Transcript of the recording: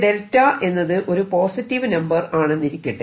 𝛿 എന്നത് ഒരു positive number ആണെന്നിരിക്കട്ടെ